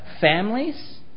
families